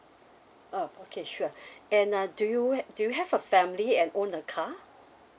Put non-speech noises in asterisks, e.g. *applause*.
oh okay sure *breath* then uh do you do you have a family and own a car